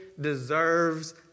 deserves